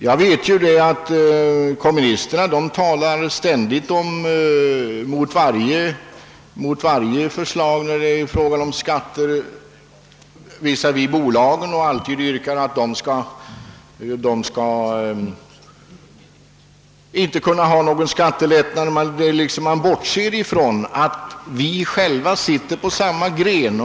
Jag vet ju att kommunisterna ständigt talar mot varje förslag om skattelättnader för bolagen. De liksom bortser ifrån att vi sitter på samma gren.